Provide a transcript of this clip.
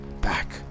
back